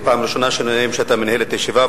זו פעם ראשונה שאתה מנהל את הישיבה,